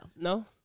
No